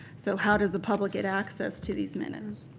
so how does the public get access to these minutes?